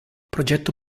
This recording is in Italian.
progetto